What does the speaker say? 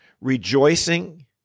rejoicing